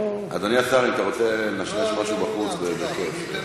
אדוני השר, אם אתה רוצה לנשנש משהו בחוץ, בכיף.